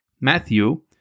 Matthew